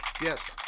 Yes